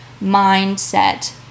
mindset